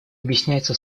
объясняется